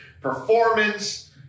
performance